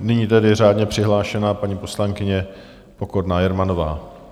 Nyní tedy řádně přihlášená paní poslankyně Pokorná Jermanová.